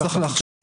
באמת צריך לחשוב,